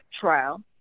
trial